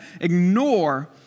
ignore